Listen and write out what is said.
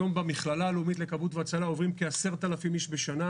היום במכללה הלאומית לכבאות והצלה עוברים כ-10,000 איש בשנה.